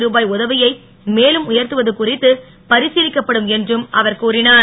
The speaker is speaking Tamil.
ருபாய் உதவியை மேலும் உயர்த்துவது குறித்து பரிசிலிக்கப்படும் என்றும் அவர் கூறினார்